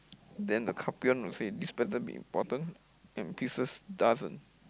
then the Capricorn will say this better be important and Pisces doesn't